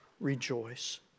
rejoice